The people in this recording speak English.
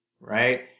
Right